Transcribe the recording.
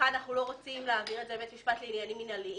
אנחנו לא רוצים להעביר את זה לבית משפט לעניינים מינהליים,